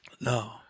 no